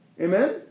Amen